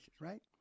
right